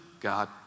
God